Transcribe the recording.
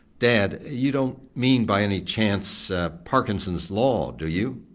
dad, you don't mean by any chance parkinson's law do you?